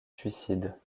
suicide